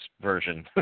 version